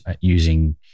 using